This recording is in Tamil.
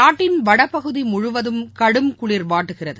நாட்டின் வடபகுதி முழுவதும் கடும் குளிர் வாட்டுகிறது